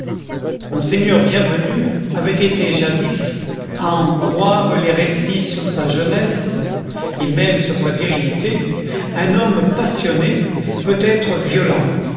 monseigneur bienvenu avait été jadis à en croire les récits sur sa jeunesse et même sur sa virilité un homme passionné peut-être violent